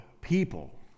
people